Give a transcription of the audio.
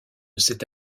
cette